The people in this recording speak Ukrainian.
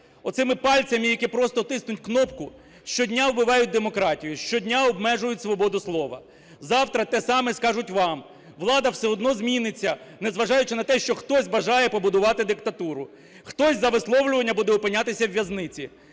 оцими пальцями, які просто тиснуть кнопку, щодня вбивають демократію, щодня обмежують свободу слова. Завтра те саме скажуть вам. Влада все одно зміниться, не зважаючи на те, що хтось бажає побудувати диктатуру. Хтось за висловлювання буде опинятися у в'язниці.